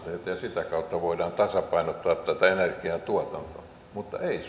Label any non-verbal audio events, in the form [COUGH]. ja sitä kautta voidaan tasapainottaa tätä energiantuotantoa mutta ei [UNINTELLIGIBLE]